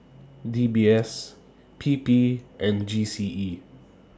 D B S P P and G C E